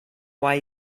why